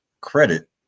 credit